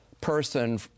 person